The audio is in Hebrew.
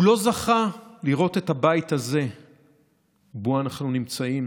הוא לא זכה לראות את הבית הזה שבו אנחנו נמצאים